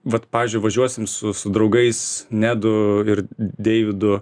vat pavyzdžiui važiuosim su su draugais nedu ir deividu